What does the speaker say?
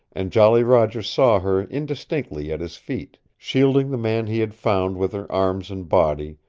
and jolly roger saw her indistinctly at his feet, shielding the man he had found with her arms and body,